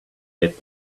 get